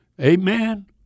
Amen